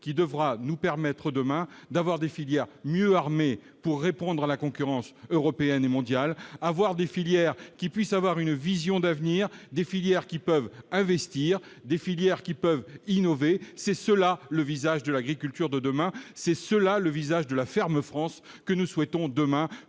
qui devra nous permettre demain d'avoir des filières mieux armé pour répondre à la concurrence européenne et mondiale, avoir des filières qui puisse avoir une vision d'avenir des filières qui peuvent investir des filières qui peuvent innover, c'est cela le visage de l'agriculture de demain, c'est cela le visage de la ferme France que nous souhaitons demain